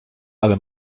ale